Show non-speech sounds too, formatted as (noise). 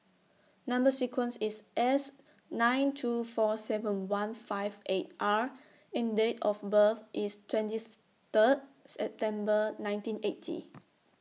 Number sequence IS S nine two four seven one five eight R and Date of birth IS twenty (noise) Third September nineteen eighty